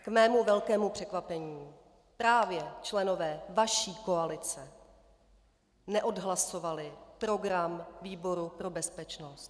K mému velkému překvapení právě členové vaší koalice neodhlasovali program výboru pro bezpečnost.